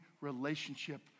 relationship